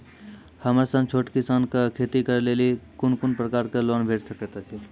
हमर सन छोट किसान कअ खेती करै लेली लेल कून कून प्रकारक लोन भेट सकैत अछि?